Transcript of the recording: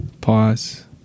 Pause